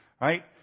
right